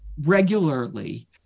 regularly